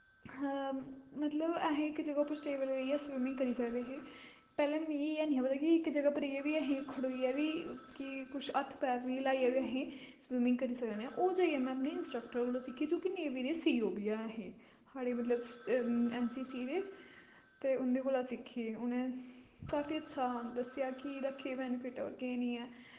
मतलव अस इक जगाह् उप्पर स्टेबल होइयै स्विमिंग करी सकदे हे पैह्लै मिगी हैनी हा पता कि इक जगाह् पर वी असीं खड़ोइयै वी कि कुछ हत्थ पैर वी ल्हाईयै वी असीं स्विमिंग करी सकने आं ओह् जाइयै में अपने इंस्ट्रक्टर कोलो सिक्खी जो कि नेवी दे सी ओ वी ऐ हे साढ़े मतलव एन सी सी दे ते उंदे कोला सिक्खी उनै काफी अच्छा दस्सेआ कि एह्दा केह् बैनिफिट ऐ और केह् निं ऐ